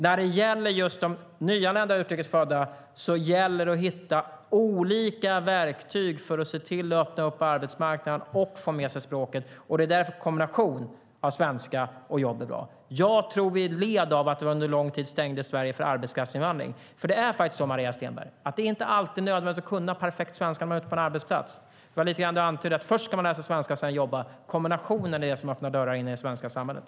När det gäller just de nyanlända utrikes födda gäller det att hitta olika verktyg för att öppna upp arbetsmarknaden och få med sig språket, och det är därför en kombination av svenska och jobb är bra. Jag tror vi har lidit av att vi under lång tid stängde Sverige för arbetskraftsinvandring, för det är faktiskt så, Maria Stenberg, att det inte är alltid nödvändigt att kunna perfekt svenska när man är ute på en arbetsplats. Det var lite det du antydde, att först ska man lära sig svenska och sedan jobba. Men kombinationen är det som öppnar dörrar in i det svenska samhället.